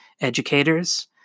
educators